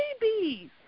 babies